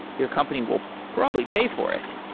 your company will probably pay for it,